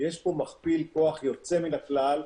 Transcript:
יש פה מכפיל כוח יוצא מן הכלל.